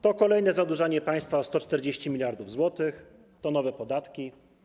To kolejne zadłużanie państwa o 140 mld zł, to nowe podatki.